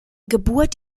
geburt